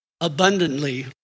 abundantly